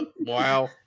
Wow